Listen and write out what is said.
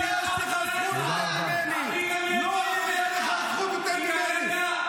הזכות הזאת לא צריכה לפגוע כהוא זה בשוויון האמיתי,